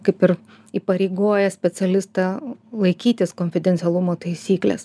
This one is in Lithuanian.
kaip ir įpareigoja specialistą laikytis konfidencialumo taisyklės